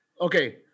Okay